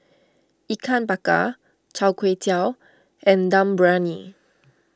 Ikan Bakar Chai Tow Kway and Dum Briyani